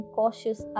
cautious